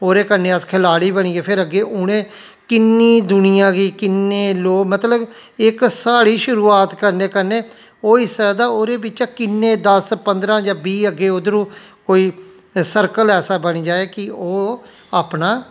ओह्दे कन्नै अस खलाडी बनी गे फिर अग्गें उ'नें किन्नी दुनिया गी किन्ने लोक मतलब इक साढ़ी शुरुआत करने कन्नै होई सकदा ओहदे बिच्चा किन्ने दस पंदरा जां बीह् अग्गें उद्धरुं कोई सर्कल ऐसा बनी जाए कि ओह् अपना